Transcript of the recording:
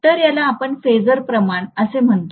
तर याला आपण फेजर प्रमाण असे म्हणतो